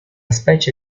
specie